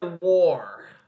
war